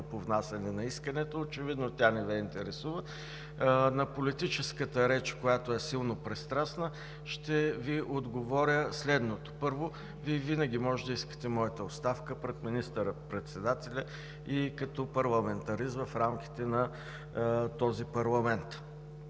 по внасяне на искането – очевидно тя не Ви интересува. На политическата реч, която е силно пристрастна, ще Ви отговоря следното: първо, Вие винаги може да искате моята оставка пред министър-председателя и като парламентарист в рамките на този парламент;